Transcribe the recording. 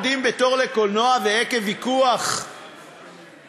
הם עומדים בתור לקולנוע ועקב ויכוח מחליפים